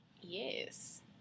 yes